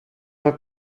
were